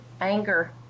Anger